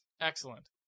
Excellent